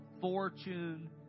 fortune